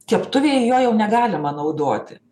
keptuvėje jo jau negalima naudoti